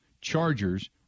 Chargers